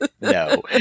No